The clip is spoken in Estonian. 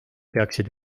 peaksid